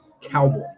cowboy